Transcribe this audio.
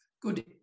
good